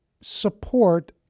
support